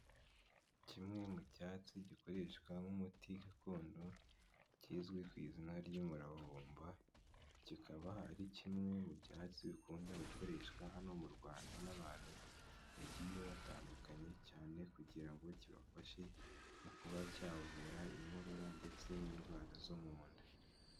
Kimwe mu cyatsi gikoreshwa nk'umuti gakondo kizwi ku izina ry'umuravumba kikaba ari kimwe mu byatsi bikunda gukoreshwa hano mu Rwanda n'abantu bagiye batandukanye cyane kugira ngo kibafashe mu kuba cyabavura inkorora ndetse n'indwara zo mu nda.